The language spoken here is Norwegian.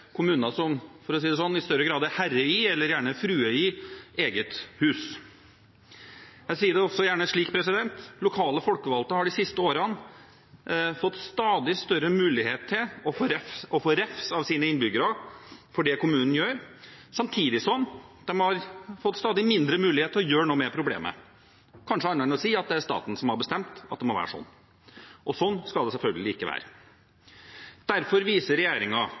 kommuner som i større grad er herre i – eller gjerne frue i – eget hus, for å si det slik. Jeg sier det også gjerne slik: Lokalt folkevalgte har de siste årene fått stadig større mulighet til å få refs av sine innbyggere for det kommunen gjør, samtidig som de har fått stadig mindre mulighet til å gjøre noe med problemet – kanskje annet enn å si at det er staten som har bestemt at det må være slik. Slik skal det selvfølgelig ikke være. Derfor viser